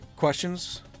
questions